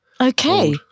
Okay